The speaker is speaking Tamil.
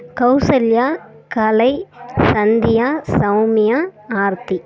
கௌசல்யா கலை சந்தியா சௌமியா ஆர்த்தி